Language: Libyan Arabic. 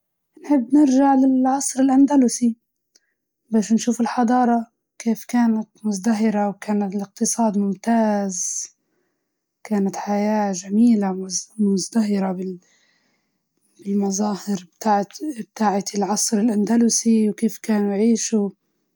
نبي نرجع لعصر الأندلسي، نشوف الحضارات، وكيف كانت هديك الفترة مزدهرة، و إيش كان طريجة حياتهم، طريجة لبسهم.